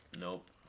Nope